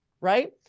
right